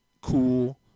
cool